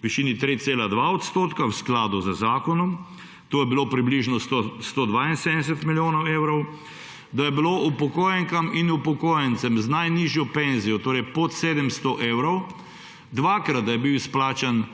v višini 3,2 % v skladu z zakonom, to je bilo približno 172 milijonov evrov, da je bil upokojenkam in upokojencem z najnižjo penzijo, torej pod 700 evrov, dvakrat izplačan